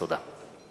תודה.